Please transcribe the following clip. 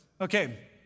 okay